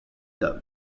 them